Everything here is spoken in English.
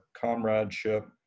comradeship